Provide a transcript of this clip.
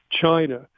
China